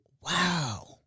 Wow